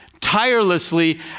tirelessly